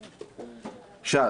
עכשיו,